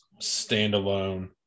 standalone